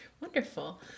Wonderful